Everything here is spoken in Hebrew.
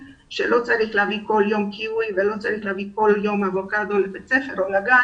אבל מבינים שלא צריך להביא כל יום קיווי ואבוקדו לגן או לבית הספר